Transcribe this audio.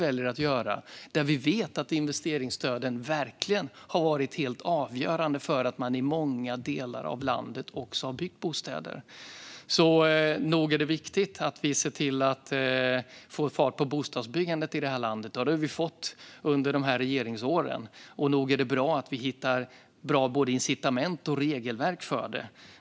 Vi vet ju att investeringsstöden har varit helt avgörande för att man i många delar av landet har byggt bostäder. Nog är det viktigt att vi ser till att få fart på bostadsbyggandet i landet. Det har vi fått under våra regeringsår. Och nog är det bra att vi hittar både bra incitament och bra regelverk för det.